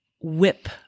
whip